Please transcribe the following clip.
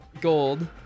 gold